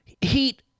heat